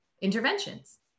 interventions